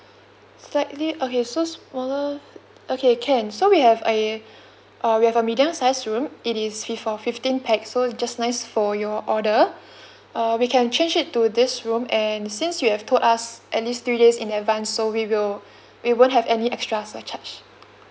slightly okay so smaller okay can so we have a uh we have a medium sized room it is fi~ for fifteen pax so just nice for your order uh we can change it to this room and since you have told us at least three days in advance so we will we won't have any extra surcharge